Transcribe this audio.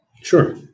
Sure